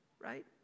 Right